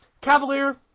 Cavalier